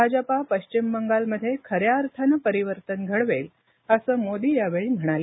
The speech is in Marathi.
भाजपा पश्चिम बंगालमध्ये खऱ्या अर्थाने परिवर्तन घडवेल असं मोदी यावेळी म्हणाले